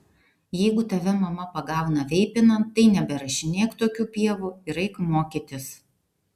jeigu tave mama pagauna veipinant tai neberašinėk tokių pievų ir eik mokytis